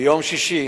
ביום שישי